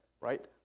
right